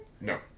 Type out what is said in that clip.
No